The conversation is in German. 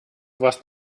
warst